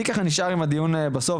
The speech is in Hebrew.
אבל אני ככה נשאר עם הדיון בסוף,